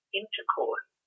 intercourse